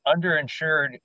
underinsured